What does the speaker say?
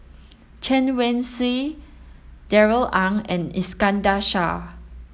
Chen Wen Hsi Darrell Ang and Iskandar Shah